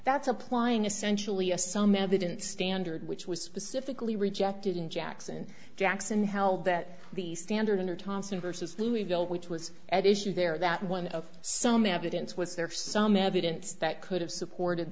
that's applying essentially a some evidence standard which was specifically rejected in jackson and jackson held that the standard in her tonsils versus louisville which was at issue there that one of some evidence was there some evidence that could have supported